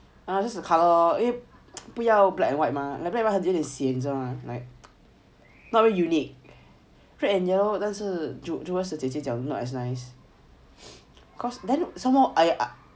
just the colour lor 不要 black and white mah black and white 有点 sian sia like not really unique black and yellow 那时 jewel 姐姐讲 not as nice cause then some more I